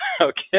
Okay